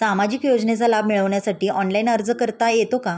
सामाजिक योजनांचा लाभ मिळवण्यासाठी ऑनलाइन अर्ज करता येतो का?